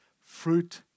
Fruit